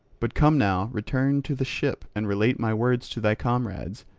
but come now, return to the ship and relate my words to thy comrades,